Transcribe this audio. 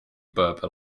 berber